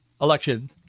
election